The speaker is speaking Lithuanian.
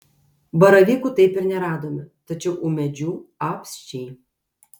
baravykų taip ir neradome tačiau ūmėdžių apsčiai